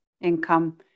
income